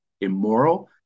immoral